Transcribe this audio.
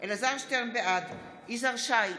בעד יזהר שי,